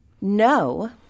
No